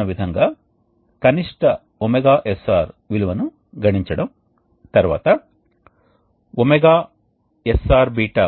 కాబట్టి మేము counter current ప్రవాహాన్ని ఊహించినట్లయితే అప్పుడు హీట్